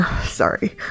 Sorry